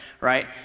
right